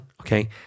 okay